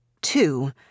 two